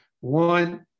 one